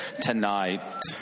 tonight